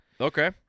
Okay